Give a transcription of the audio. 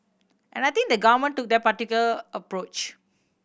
and I think the Government took that particular approach